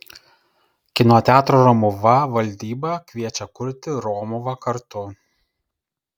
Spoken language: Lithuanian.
kino teatro romuva valdyba kviečia kurti romuvą kartu